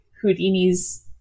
Houdini's